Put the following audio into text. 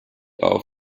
auf